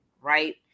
right